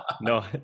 no